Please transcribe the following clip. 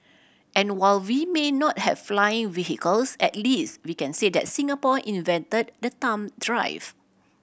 and while we may not have flying vehicles at least we can say that Singapore invented the thumb drive